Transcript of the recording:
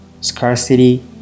scarcity